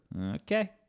Okay